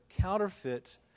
counterfeit